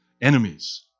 enemies